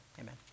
amen